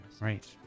Right